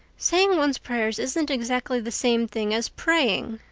saying one's prayers isn't exactly the same thing as praying,